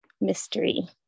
mystery